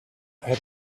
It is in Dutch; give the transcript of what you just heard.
het